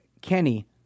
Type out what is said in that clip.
Kenny